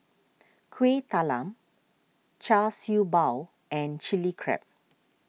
Kuih Talam Char Siew Bao and Chilli Crab